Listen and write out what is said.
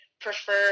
prefer